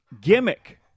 gimmick